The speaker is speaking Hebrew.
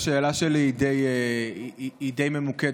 שהשאלה שלי היא די ממוקדת.